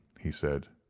he said,